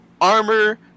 armor